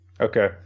Okay